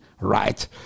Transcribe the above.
right